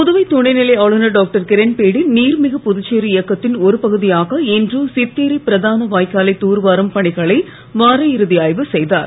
புதுவை துணைநிலை ஆளுநர் டாக்டர் கிரண்பேடி நீர் மிகு புதுச்சேரி இயக்கத்தின் ஒரு பகுதியாக இன்று சித்தேரி பிரதான வாய்க்காலை தூர்வாரும் பணிகளை வார இறுதி ஆய்வு செய்தார்